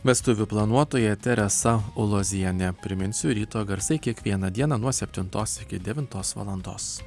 vestuvių planuotoja teresa ulozienė priminsiu ryto garsai kiekvieną dieną nuo septintos iki devintos valandos